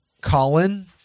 Colin